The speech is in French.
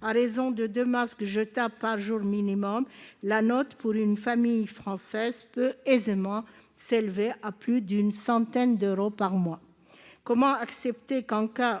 À raison de deux masques jetables par jour minimum, la note pour une famille française peut aisément s'élever à plus d'une centaine d'euros par mois. Comment accepter que,